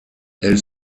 elle